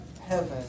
heaven